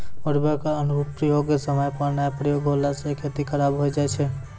उर्वरक अनुप्रयोग समय पर नाय प्रयोग होला से खेती खराब हो जाय छै